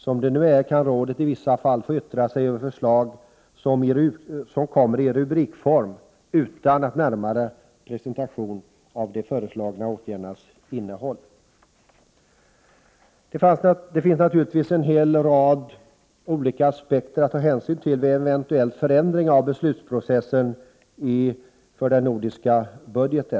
Som det är nu kan rådet i vissa fall få yttra sig över förslag som kommer i rubrikform utan någon närmare presentation av de föreslagna åtgärdernas innehåll. Det finns naturligtvis en hel rad olika aspekter att ta hänsyn till vid en eventuell förändring av beslutsprocessen för den nordiska budgeten.